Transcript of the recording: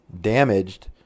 damaged